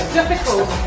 difficult